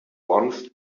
once